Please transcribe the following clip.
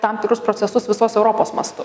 tam tikrus procesus visos europos mastu